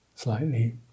slightly